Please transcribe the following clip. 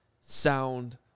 sound